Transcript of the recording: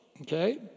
okay